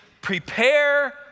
Prepare